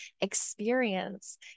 experience